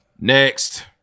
Next